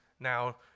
Now